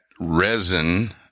resin